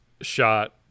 shot